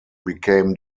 became